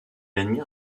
admire